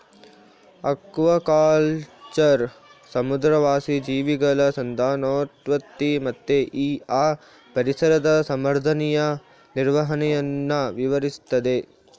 aquaculture ಸಮುದ್ರವಾಸಿ ಜೀವಿಗಳ ಸಂತಾನೋತ್ಪತ್ತಿ ಮತ್ತೆ ಆ ಪರಿಸರದ ಸಮರ್ಥನೀಯ ನಿರ್ವಹಣೆಯನ್ನ ವಿವರಿಸ್ತದೆ